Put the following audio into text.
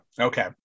Okay